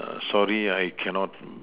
sorry I cannot